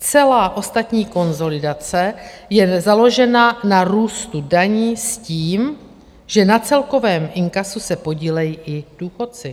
Celá ostatní konsolidace je založena na růstu daní tím, že na celkovém inkasu se podílejí i důchodci.